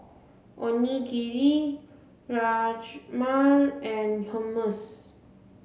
Onigiri Rajma and Hummus